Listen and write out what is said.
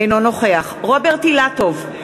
אינו נוכח רוברט אילטוב,